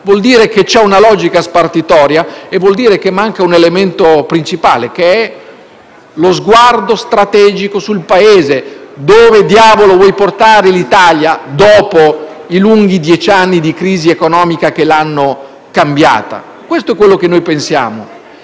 vuol dire che c'è una logica spartitoria e che manca un elemento principale, cioè lo sguardo strategico sul Paese, su dove si intende portare l'Italia dopo i lunghi dieci anni di crisi economica che l'hanno cambiata. Questo è ciò che noi pensiamo